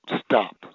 stop